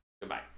Goodbye